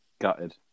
gutted